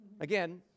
Again